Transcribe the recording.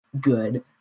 good